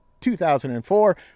2004